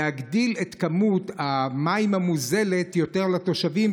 להגדיל את כמות המים המוזלת לתושבים,